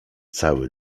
cały